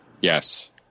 Yes